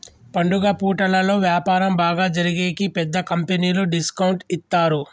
పండుగ పూటలలో వ్యాపారం బాగా జరిగేకి పెద్ద కంపెనీలు డిస్కౌంట్ ఇత్తారు